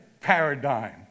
paradigm